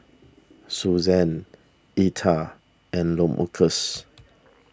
Susann Etha and Lamarcus